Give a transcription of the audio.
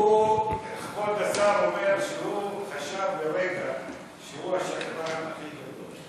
כבוד השר אומר שהוא חשב לרגע שהוא השקרן הכי גדול.